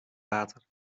water